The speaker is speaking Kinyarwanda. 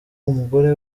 umugore